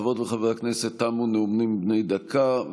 חברות וחברי הכנסת, תמו נאומים בני דקה.